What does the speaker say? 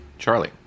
Charlie